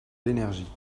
l’énergie